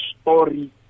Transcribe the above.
story